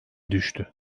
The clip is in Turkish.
düştü